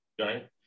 right